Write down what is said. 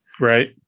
Right